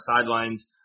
sidelines